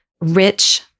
rich